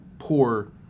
poor